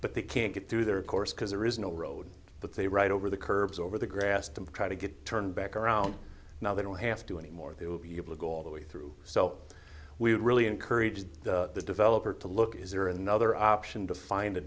but they can't get through there of course because there is no road that they ride over the curbs over the grass to try to get turned back around now they don't have to anymore they will be able to go all the way through so we would really encourage the developer to look at is there another option to find a